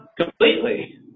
Completely